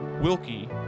Wilkie